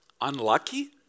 unlucky